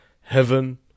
Heaven